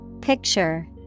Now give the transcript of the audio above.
Picture